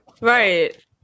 right